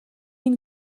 энэ